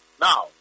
Now